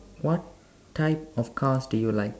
what type of cars do you like